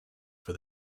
for